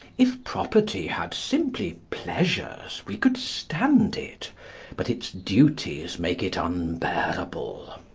if property had simply pleasures, we could stand it but its duties make it unbearable.